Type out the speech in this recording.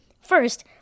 First